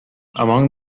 among